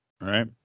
Right